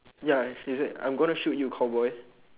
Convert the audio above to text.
ya is it I gonna shoot you cowboy